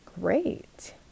great